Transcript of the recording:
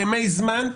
ימי זמן,